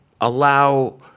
allow